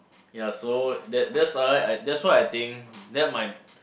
ya so that that's why I that's why I think that might